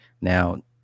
Now